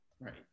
right